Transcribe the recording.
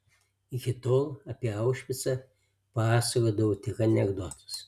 iki tol apie aušvicą pasakodavau tik anekdotus